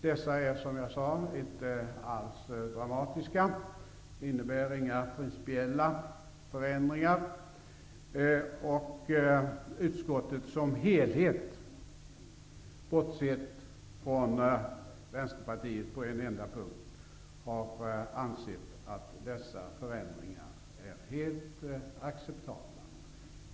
Dessa är, som jag sade, inte alls dramatiska; de innebär inga principiella förändringar. Utskottet som helhet, bortsett från Vänsterpartiet på en enda punkt, har ansett att dessa förändringar är helt acceptabla.